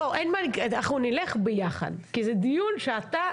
אנחנו נלך ביחד כי זה דיון שאתה,